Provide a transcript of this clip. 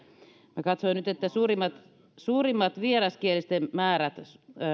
minä katsoin nyt että suurimmat vieraskielisten ryhmät